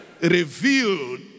Revealed